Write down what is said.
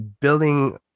building